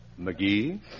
McGee